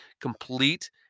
complete